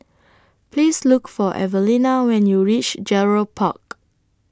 Please Look For Evelena when YOU REACH Gerald Park